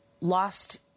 lost